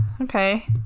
okay